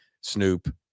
Snoop